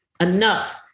enough